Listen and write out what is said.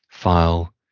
file